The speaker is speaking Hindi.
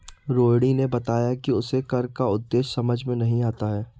रोहिणी ने बताया कि उसे कर का उद्देश्य समझ में नहीं आता है